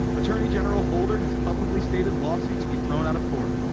attorney general holder has publicly stated lawsuits be thrown out of court,